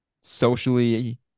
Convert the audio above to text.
socially